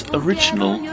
original